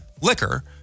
liquor